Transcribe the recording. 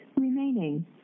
remaining